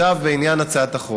עכשיו בעניין הצעת החוק.